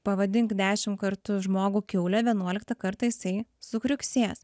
pavadink dešim kartų žmogų kiaule vienuoliktą kartą jisai sukriuksės